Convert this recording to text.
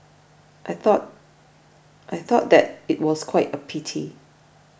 I thought I thought that it was quite a pity